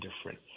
different